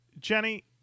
Jenny